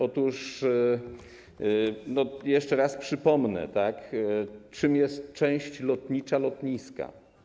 Otóż jeszcze raz przypomnę, czym jest część lotnicza lotniska.